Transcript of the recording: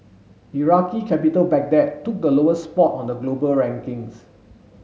iraqi capital Baghdad took the lowest spot on the global rankings